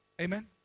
Amen